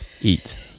eat